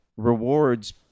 rewards